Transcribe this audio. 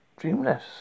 dreamless